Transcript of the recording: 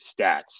stats